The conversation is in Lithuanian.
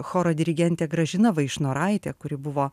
choro dirigentė gražina vaišnoraitė kuri buvo